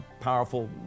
powerful